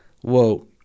Whoa